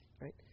Right